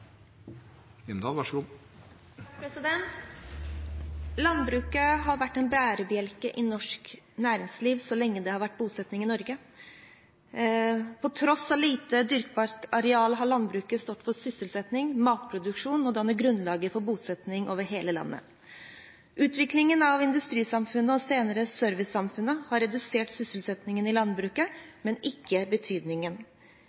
norsk næringsliv så lenge det har vært bosetning i Norge. På tross av lite dyrkbart areal har landbruket stått for sysselsetting og matproduksjon og dannet grunnlaget for bosetning over hele landet. Utviklingen av industrisamfunnet og senere servicesamfunnet har redusert sysselsettingen i